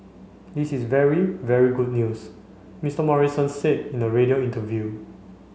this is very very good news Mister Morrison said in a radio interview